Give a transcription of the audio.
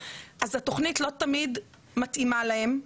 אז התוכנית לא תמיד מתאימה להם,